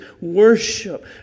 worship